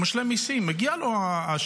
הוא משלם מיסים, מגיע לו השירות,